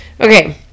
Okay